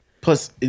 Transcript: Plus